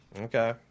Okay